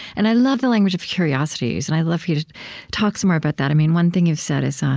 and i love the language of curiosity you use, and i'd love for you to talk some more about that. one thing you've said is, um